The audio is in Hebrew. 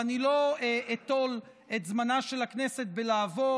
ואני לא אטול את זמנה של הכנסת בלעבור